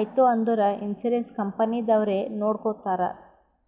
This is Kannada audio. ಐಯ್ತ ಅಂದುರ್ ಇನ್ಸೂರೆನ್ಸ್ ಕಂಪನಿದವ್ರೆ ನೊಡ್ಕೊತ್ತಾರ್